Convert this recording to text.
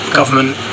government